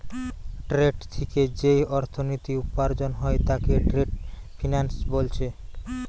trade থিকে যেই অর্থনীতি উপার্জন হয় তাকে ট্রেড ফিন্যান্স বোলছে